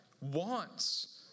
wants